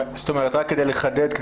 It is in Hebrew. רק כדי לחדד,